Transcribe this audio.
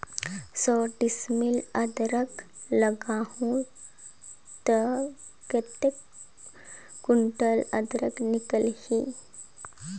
सौ डिसमिल अदरक लगाहूं ता कतेक कुंटल अदरक निकल ही?